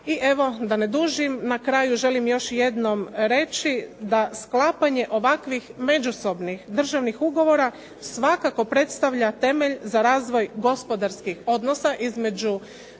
I evo da ne dužim. Na kraju želim još jednom reći, da sklapanje ovakvih međusobnih državnih ugovora, svakako predstavlja temelj za razvoj gospodarskih odnosa između